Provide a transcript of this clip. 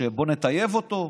בוא נטייב אותו,